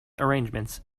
arrangements